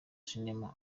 cinema